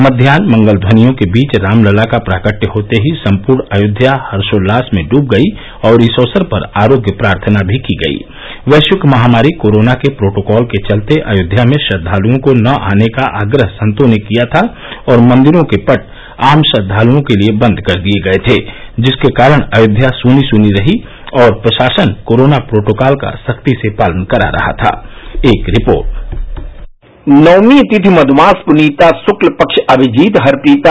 मध्यान्ह मंगलघ्वनियों के बीच रामलला का प्राकट्य होते ही सम्पूर्ण अयोध्या हर्सोल्लास में डूब गई और इस अवसर पर आरोग्य प्रार्थना भी की गई वैश्विक महामारी कोरोना के प्रोटोकाल के चलते अयोध्या में श्रद्वाल्ञों को न आने का आग्रह संतों ने किया था और मंदिरों के पट आम श्रद्वालुओं के लिए बंद कर दिए गए थे जिसके कारण अयोध्या सुनी सुनी रही और प्रशासन कोरोना प्रोटोकाल का सख्ती से पालन करा रहा था एक रिपोर्ट नौमी तिथि मधुयास पुनीता सुकल पच्छ अभिजित हरिप्रीता